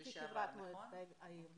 חברת מועצת העיר לשעבר,